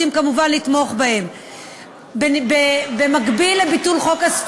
שכשאתה נכנס לחנות ספרים וכמובן ספר עולה בין 70 ל-100 שקלים,